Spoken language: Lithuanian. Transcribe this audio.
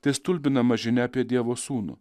tai stulbinama žinia apie dievo sūnų